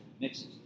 mixes